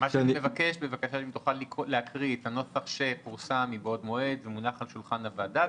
אני מבקש שתקרא את הנוסח שפורסם מבעוד מועד ומונח על שולחן הוועדה.